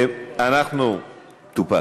טופל.